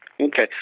Okay